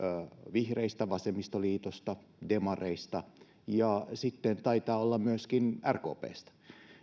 vihreistä vasemmistoliitosta demareista ja taitaa olla myöskin rkpstä